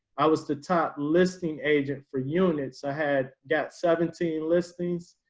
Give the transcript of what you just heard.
i was the top listing agent for units i had got seventeen listings.